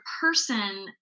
person